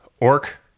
Orc